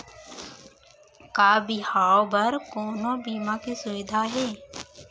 का बिहाव बर कोनो बीमा के सुविधा हे?